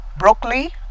broccoli